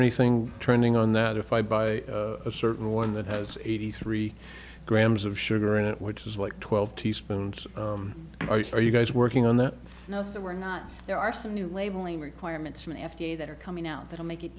anything turning on that if i buy a certain one that has eighty three grams of sugar in it which is like twelve teaspoons are you guys working on that now so we're not there are some new labeling requirements for f d a that are coming out that i'll make it